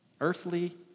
earthly